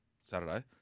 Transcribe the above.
Saturday